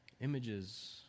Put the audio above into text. Images